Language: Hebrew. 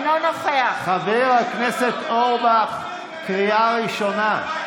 חבר הכנסת אורבך, קריאה ראשונה.